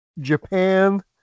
Japan